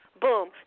boom